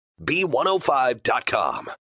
B105.com